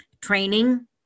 training